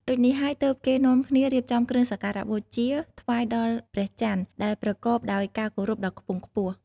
ដូចនេះហើយទើបគេនាំគ្នារៀបចំគ្រឿងសក្ការៈបូជាថ្វាយដល់ព្រះច័ន្ទ ដែលប្រកបដោយការគោរពដ៏ខ្ពង់ខ្ពស់។